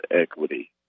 equity